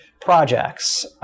projects